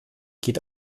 geht